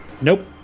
Nope